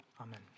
Amen